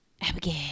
Abigail